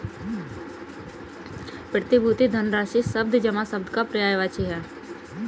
प्रतिभूति धनराशि शब्द जमा शब्द का पर्यायवाची है